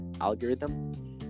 algorithm